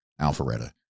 Alpharetta